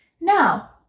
Now